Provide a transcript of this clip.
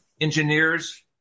engineers